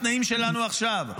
בתנאים שלנו עכשיו,